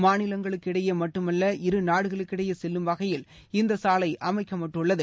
மாநிலங்களுக்கிடையோமட்டுமல்ல இரு நாடுகளுக்கிடையேசெல்லும் வகையில் இந்தசாலைஅமைக்கப்பட்டுள்ளது